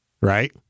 right